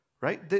right